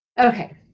Okay